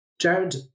Jared